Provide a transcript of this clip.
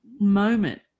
moment